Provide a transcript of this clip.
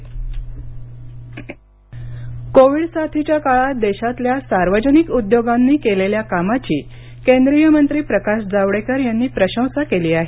Javadekar Covid साथीच्या काळात देशातल्या सार्वजनिक उद्योगांनी केलेल्या कामाची केंद्रिय मंत्री प्रकाश जावडेकर यांनी प्रशंसा केली आहे